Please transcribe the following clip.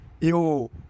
Yo